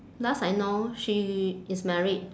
last I know she is married